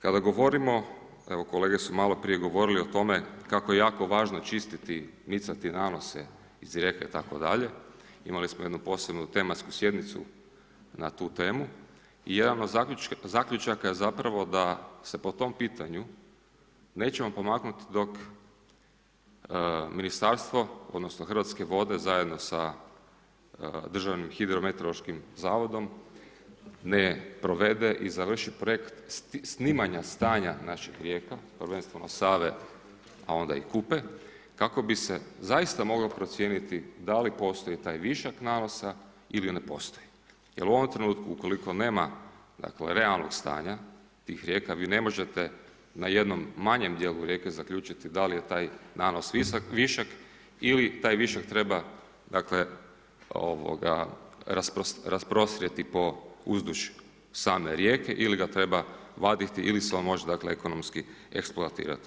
Kada govorimo, evo kolege su malo prije govorili o tome, kako je jako važno čistiti, micati nanose iz rijeke, i tako dalje, imali smo jednu posebnu tematsku sjednicu na tu temu i jedan od zaključaka je zapravo da se po tom pitanju nećemo pomaknuti dok ministarstvo odnosno Hrvatske vode zajedno sa Državnim hidrometeorološkim zavodom ne provede i završi projekt snimanja stanja našim rijeka prvenstveno Save, a onda i Kupe kako bi se zaista moglo procijeniti da li postoji taj višak nanosa ili ne postoji jer u ovom trenutku ukoliko nema dakle realnog stanja tih rijeka vi ne možete na jednom manjem dijelu rijeke zaključiti da li je taj nanos višak ili taj višak treba dakle ovoga rasprostrijeti po uzduž sam rijeke ili ga treba vaditi ili se on može ekonomski eksploatirati.